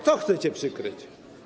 Co chcecie przykryć?